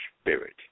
spirit